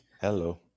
Hello